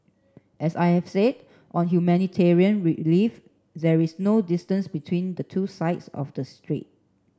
as I have said on humanitarian relief there is no distance between the two sides of the strait